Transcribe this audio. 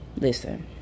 Listen